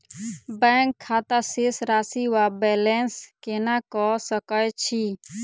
Bank खाता शेष राशि वा बैलेंस केना कऽ सकय छी?